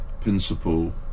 principle